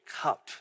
cup